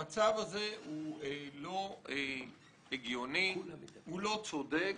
המצב הזה לא הגיוני, לא צודק,